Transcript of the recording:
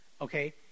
Okay